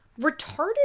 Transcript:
Retarded